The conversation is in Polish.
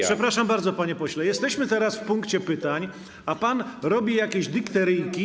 Przepraszam bardzo, panie pośle, Jesteśmy w trakcie pytań, a pan robi jakieś dykteryjki.